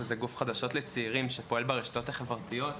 שזה גוף חדשות לצעירים שפועל ברשתות החברתיות.